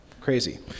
Crazy